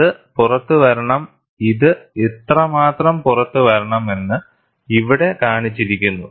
അത് പുറത്തുവരണംഇത് എത്രമാത്രം പുറത്തുവരണമെന്ന് ഇവിടെ കാണിച്ചിരിക്കുന്നു